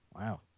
wow